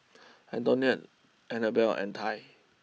Antionette Annabell and Tai